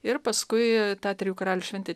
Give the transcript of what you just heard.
ir paskui ta trijų karalių šventė